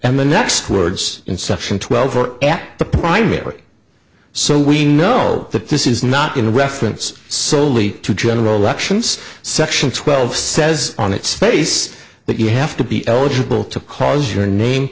and then that words inception twelve for the primary so we know that this is not in reference soley to general elections section twelve says on its face that you have to be eligible to cause your name